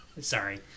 sorry